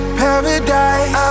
paradise